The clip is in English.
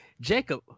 Jacob